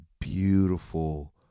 beautiful